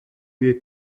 wir